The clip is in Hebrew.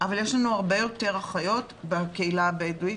אבל יש לנו הרבה יותר אחיות בקהילה הבדואית.